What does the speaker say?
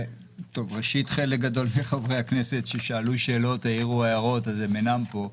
ראשית חלק גדול מחברי הכנסת ששאלו שאלות והעירו הערות אינם פה.